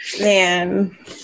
Man